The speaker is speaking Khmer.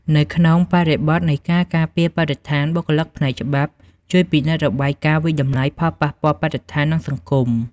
នៅក្នុងបរិបទនៃការការពារបរិស្ថាន បុគ្គលិកផ្នែកច្បាប់ជួយពិនិត្យរបាយការណ៍វាយតម្លៃផលប៉ះពាល់បរិស្ថាន និងសង្គម។